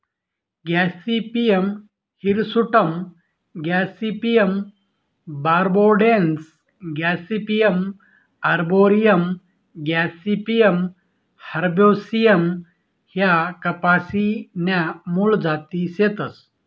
Gossypium hirsutum gossypium barbadense gossypium arboreum gossypium herbaceum ह्या कपाशी न्या मूळ जाती शेतस